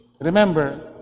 remember